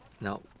Now